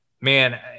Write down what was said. man